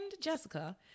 Jessica